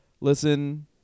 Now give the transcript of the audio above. listen